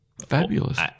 Fabulous